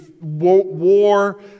war